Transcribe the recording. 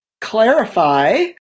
clarify